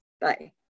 Bye